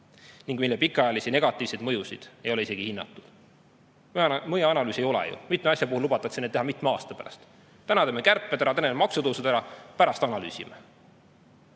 ning mille pikaajalisi negatiivseid mõjusid ei ole isegi hinnatud. Mõjuanalüüse ei ole, mitme asja puhul lubatakse need teha mitme aasta pärast. Praegu teeme kärped ja maksutõusud ära, pärast analüüsime.